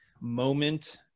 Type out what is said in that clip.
moment